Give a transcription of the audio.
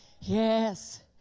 Yes